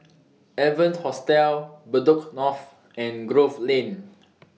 Evans Hostel Bedok North and Grove Lane